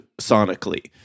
sonically